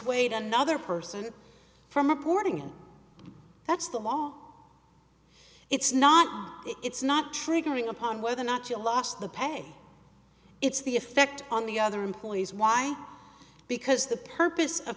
e another person from aborting and that's the law it's not it's not triggering upon whether or not you lost the pay it's the effect on the other employees why because the purpose of